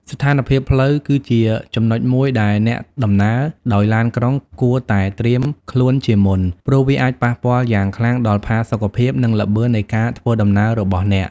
ស្ថានភាពផ្លូវ គឺជាចំណុចមួយដែលអ្នកដំណើរដោយឡានក្រុងគួរតែត្រៀមខ្លួនជាមុន ព្រោះវាអាចប៉ះពាល់យ៉ាងខ្លាំងដល់ផាសុកភាព និងល្បឿននៃការធ្វើដំណើររបស់អ្នក។